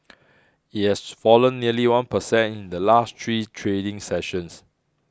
it has fallen nearly one per cent in the last three trading sessions